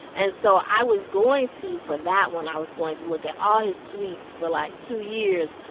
and so i was going to for that one, i was going to look at all his tweets for, like, two years.